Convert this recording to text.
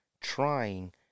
trying